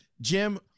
Jim